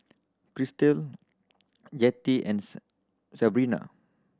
Krystle Jettie and Sebrina